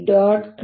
E